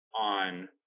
on